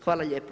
Hvala.